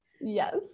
Yes